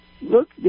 Look